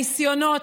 הניסיונות,